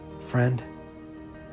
Friend